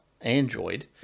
android